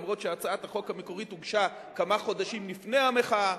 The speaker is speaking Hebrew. אף שהצעת החוק המקורית הוגשה כמה חודשים לפני המחאה,